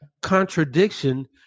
contradiction